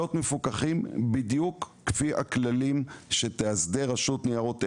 מפוקחים בדיוק לפי הכללים שתאסדר רשות ניירות ערך.